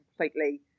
completely